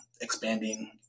expanding